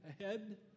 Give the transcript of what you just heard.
ahead